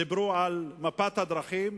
דיברו על מפת הדרכים,